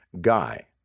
guy